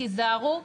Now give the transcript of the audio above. תיזהרו,